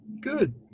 Good